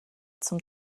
zum